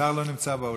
השר לא נמצא באולם?